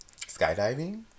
skydiving